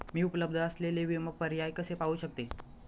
मी उपलब्ध असलेले विमा पर्याय कसे पाहू शकते?